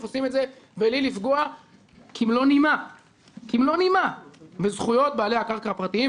עושים את זה מבלי לפגוע כמלוא נימה בזכויות בעלי הקרקע הפרטיים.